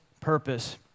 purpose